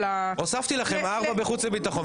הוספתי לכם ארבעה בחוץ וביטחון,